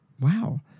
Wow